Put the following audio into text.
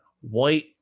white